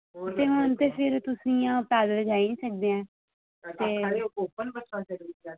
जम्मू च इंया तुस जाई निं सकदे हैन ते